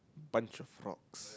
bunch of frogs